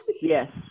Yes